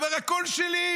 הוא אומר: הכול שלי,